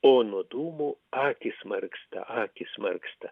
o nuo dūmų akys marksta akys marksta